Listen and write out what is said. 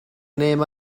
name